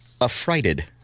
affrighted